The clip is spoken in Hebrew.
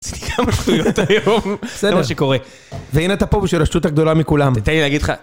אין לי כמה שטויות היום, זה מה שקורה. והנה אתה פה בשביל השטות הגדולה מכולם. תתן לי להגיד לך...